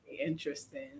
interesting